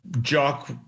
jock –